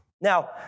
Now